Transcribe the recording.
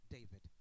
David